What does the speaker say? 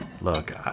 Look